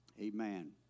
Amen